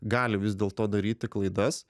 gali vis dėlto daryti klaidas